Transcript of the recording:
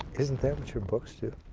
isn't that what your books do?